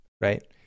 right